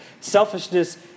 Selfishness